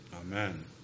Amen